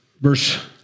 Verse